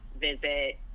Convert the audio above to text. visit